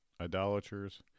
idolaters